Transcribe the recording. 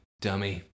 dummy